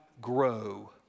grow